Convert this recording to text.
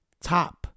top